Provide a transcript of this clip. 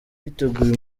yateguye